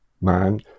man